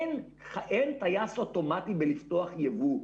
אין טייס אוטומטי בלפתוח ייבוא.